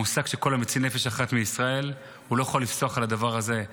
המושג "כל המציל נפש אחת מישראל" לא יכול לפסוח על הדבר הזה.